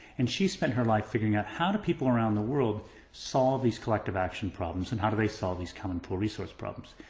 and she spent her life figuring out, how do people around the world solve these collective action problems? and how do they solve these common poor resource problems?